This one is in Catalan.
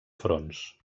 fronts